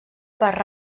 per